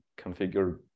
configure